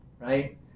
right